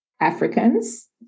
Africans